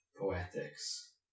poetics